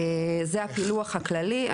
זה הפילוח הכללי.